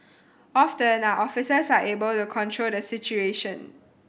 often our officers are able to control the situation